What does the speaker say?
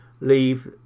leave